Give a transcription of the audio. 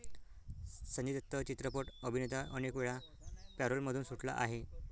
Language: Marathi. संजय दत्त चित्रपट अभिनेता अनेकवेळा पॅरोलमधून सुटला आहे